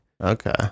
Okay